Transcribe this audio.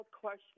question